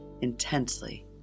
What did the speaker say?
intensely